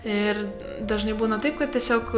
ir dažnai būna taip kad tiesiog